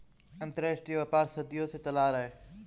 अंतरराष्ट्रीय व्यापार सदियों से चला आ रहा है